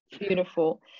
Beautiful